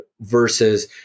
versus